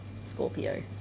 Scorpio